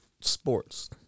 sports